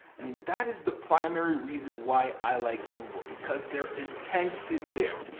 and that is the primary reason why i like google, because they're intent is there.